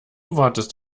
wartest